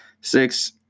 six